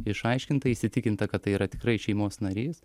išaiškinta įsitikinta kad tai yra tikrai šeimos narys